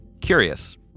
curious